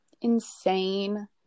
insane